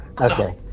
Okay